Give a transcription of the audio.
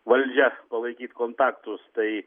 valdžia palaikyt kontaktus tai